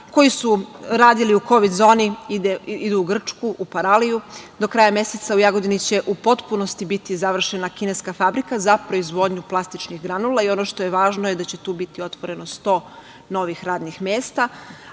koji su radili u kovid zoni, idu u Grčku, u Paraliju. Do kraja meseca u Jagodini će u potpunosti biti završena kineska fabrika za proizvodnju plastičnih granula i ono što je važno je da će tu biti otvoreno 100 novih radnih mesta,